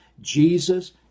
Jesus